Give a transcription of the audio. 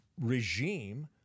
regime